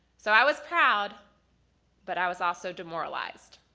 so i was proud but i was also demoralized.